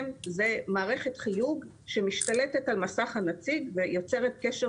זו מערכת חיוג שמשתלטת על מסך הנציג ויוצרת קשר